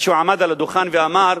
כשהוא עמד על הדוכן ואמר: